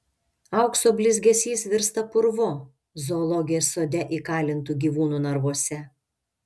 aukso blizgesys virsta purvu zoologijos sode įkalintų gyvūnų narvuose